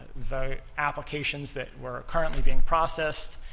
the applications that were currently being processed,